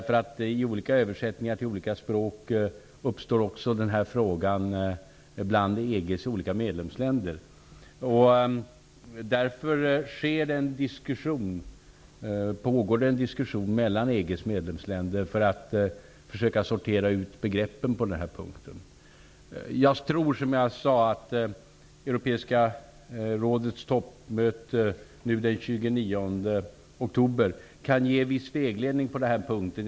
Frågan uppstår i samband med olika översättningar till olika språk. Därför pågår det en diskussion mellan EG:s medlemsländer för att försöka sortera ut begreppen. Jag tror att resultatet av Europeiska rådets toppmöte den 29 oktober kan ge viss vägledning på den punkten.